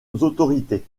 autorités